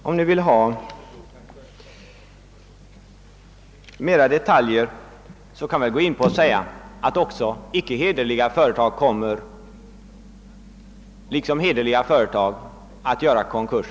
Herr talman! Om ni vill ha mer detaljer kan jag gott säga att även hederliga företag liksom ohederliga kommer att göra konkurs.